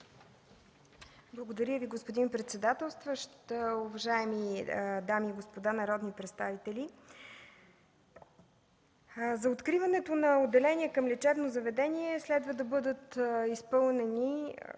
Благодаря Ви, господин председателстващ. Уважаеми дами и господа народни представители! За откриването на отделение към лечебно заведение следва да бъдат изпълнени